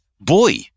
boy